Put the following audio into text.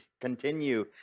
continue